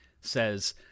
says